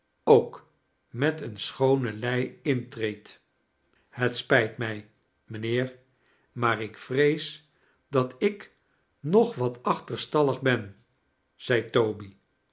ook met eene schoone lei intreedt het spijt mij mijnheer maar ik vrees dat ik nog wat achterstallig ben zei toby